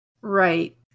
Right